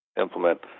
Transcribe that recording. implement